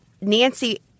Nancy